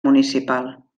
municipal